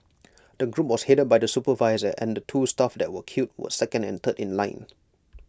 the group was headed by the supervisor and the two staff that were killed were second and third in line